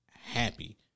happy